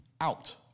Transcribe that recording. out